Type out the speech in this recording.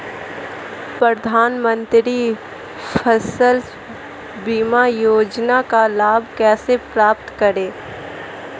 प्रधानमंत्री फसल बीमा योजना का लाभ कैसे प्राप्त करें?